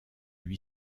lui